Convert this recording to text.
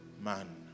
man